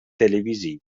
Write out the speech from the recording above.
televisivo